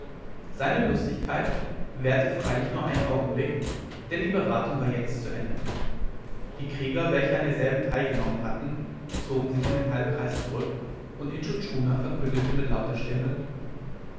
seine lustigkeit währte freilich nur einen augenblick denn die beratung war jetzt zu ende die krieger welche an derselben teilgenommen hatten zogen sich in den halbkreis zurück und intschu tschuna verkündete mit lauter stimme